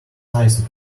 nice